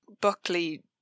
Buckley